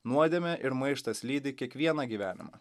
nuodėmė ir maištas lydi kiekvieną gyvenimą